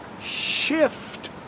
shift